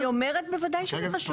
אני אומרת בוודאי שזה חשוב.